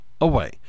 away